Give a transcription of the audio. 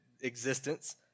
existence